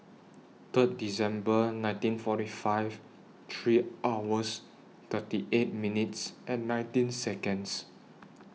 Third December nineteen forty five three hours thirty eight minutes and nineteen Seconds